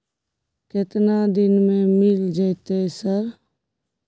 केतना दिन में मिल जयते सर?